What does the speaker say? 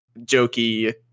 jokey